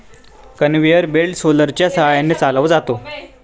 conveyor belt रोलरच्या सहाय्याने चालवला जातो